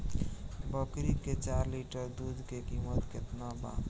बकरी के चार लीटर दुध के किमत केतना बा?